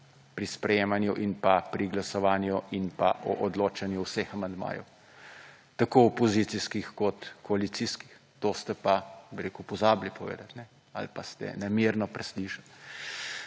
pri sprejemanju in pa pri glasovanju in pa o odločanju o vseh amandmajih, tako opozicijskih kot koalicijskih. To ste pa, bi rekel, pozabili povedat ali pa ste namerno preslišali.